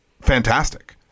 fantastic